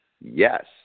Yes